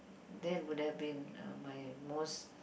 that would have been my most